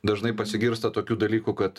dažnai pasigirsta tokių dalykų kad